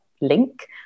link